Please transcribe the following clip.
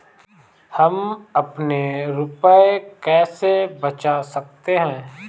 हम अपने रुपये कैसे बचा सकते हैं?